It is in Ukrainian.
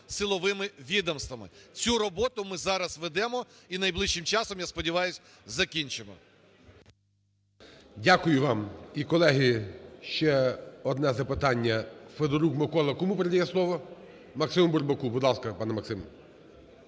силовими відомствами. Цю роботу ми зараз ведемо, і найближчим часом, я сподіваюся, закінчимо. ГОЛОВУЮЧИЙ. Дякую вам. І, колеги, ще одне запитання. Федорук Микола кому передає слово? Максиму Бурбаку. Будь ласка, пане Максим.